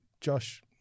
Josh